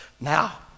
Now